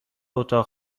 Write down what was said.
اتاق